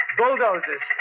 bulldozers